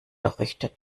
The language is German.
richtet